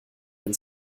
wenn